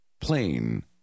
Plain